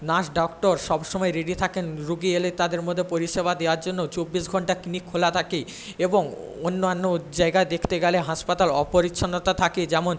nurse doctor সব সময় ready থাকেন রোগী এলে তাদের মধ্যে পরিষেবা দেওয়ার জন্য চব্বিশ ঘণ্টা ক্লিনিক খোলা থাকে এবং অন্যান্য জায়গায় দেখতে গেলে হাসপাতাল অপরিচ্ছন্ন থাকে যেমন